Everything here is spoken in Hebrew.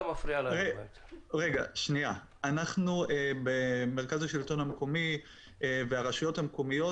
אנחנו במרכז השלטון המקומי והרשויות המקומיות